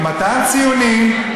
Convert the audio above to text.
ממתן ציונים,